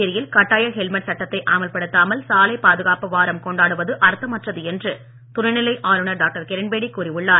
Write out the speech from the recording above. புதுச்சேரியில் கட்டாய ஹெல்மட் சட்டத்தை அமல்படுத்தாமல் சாலை பாதுகாப்பு வாரம் கொண்டாடுவது அர்த்தமற்றது என்று துணைநிலை ஆளுநர் டாக்டர் கிரண் பேடி கூறியுள்ளார்